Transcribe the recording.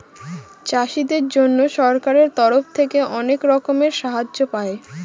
চাষীদের জন্য সরকারের তরফ থেকে অনেক রকমের সাহায্য পায়